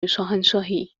شاهنشاهی